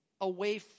away